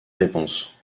réponses